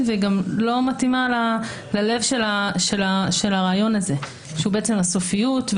והיא גם לא מתאימה ללב של הרעיון הזה שהוא בעצם הסופיות.